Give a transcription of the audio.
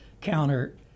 counter